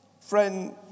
friend